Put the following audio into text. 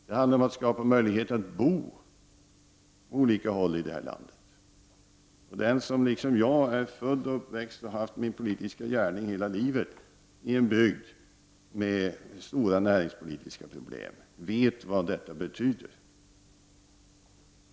Det handlar om att skapa möjligheter om att bo på olika håll i vårt land. Den som liksom jag är född och uppvuxen i och hela livet haft sin politiska gärning förlagd till en bygd med stora näringspolitiska problem vet vad detta betyder.